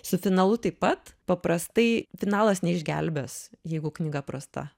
su finalu taip pat paprastai finalas neišgelbės jeigu knyga prasta